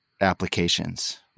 applications